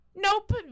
nope